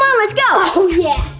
um let's go! oh yeah!